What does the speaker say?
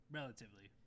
relatively